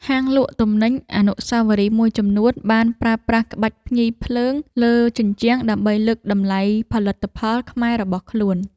ហាងលក់ទំនិញអនុស្សាវរីយ៍មួយចំនួនបានប្រើប្រាស់ក្បាច់ភ្ញីភ្លើងលើជញ្ជាំង ដើម្បីលើកតម្លៃផលិតផលខ្មែររបស់ខ្លួន។